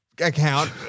account